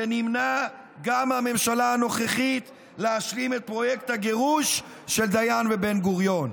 ונמנע גם מהממשלה הנוכחית להשלים את פרויקט הגירוש של דיין ובן-גוריון.